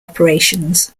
operations